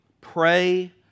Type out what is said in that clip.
Pray